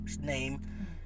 name